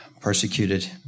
persecuted